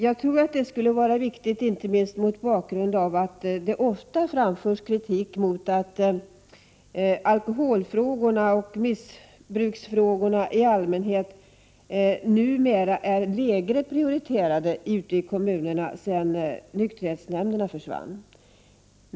Jag tror att detta skulle vara riktigt, inte minst mot bakgrund av att det ofta framförts kritik mot att alkoholoch missbruksfrågorna i allmänhet numera, sedan nykterhetsnämnderna försvann, är lägre prioriterade ute i kommunerna.